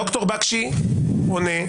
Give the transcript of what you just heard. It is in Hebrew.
ד"ר בקשי עונה.